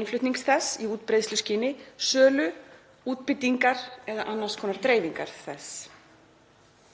innflutnings þess í útbreiðsluskyni, sölu, útbýtingar eða annars konar dreifingar þess.